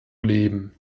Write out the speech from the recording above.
leben